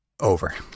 over